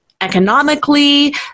economically